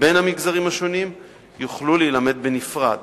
בין המגזרים השונים יוכלו להילמד בנפרד.